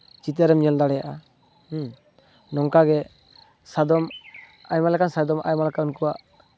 ᱪᱤᱛᱟᱹᱨᱮᱢ ᱧᱮᱞ ᱫᱟᱲᱮᱭᱟᱜᱼᱟ ᱱᱚᱝᱠᱟᱜᱮ ᱥᱟᱫᱚᱢ ᱟᱭᱢᱟ ᱞᱮᱠᱟᱱ ᱥᱟᱫᱚᱢ ᱟᱭᱢᱟ ᱞᱮᱠᱟᱱ ᱠᱚᱣᱟᱜ